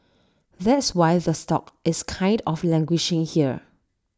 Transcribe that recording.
that's why the stock is kind of languishing here